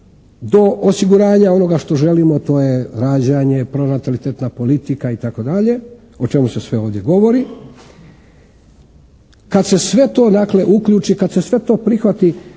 do osiguranja onoga što želimo, to je rađanje, pronatalitetna politika itd., o čemu se sve ovdje govori. Kad se sve to dakle uključi, kad se sve to prihvati